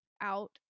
out